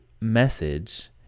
message